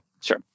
sure